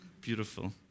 Beautiful